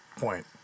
point